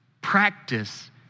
Practice